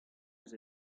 eus